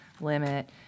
Limit